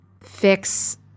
fix